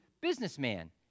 businessman